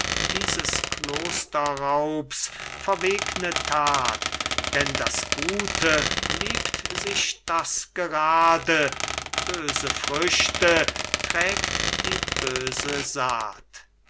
dieses klosterraubs verwegne that denn das gute liebt sich das gerade böse früchte trägt die böse saat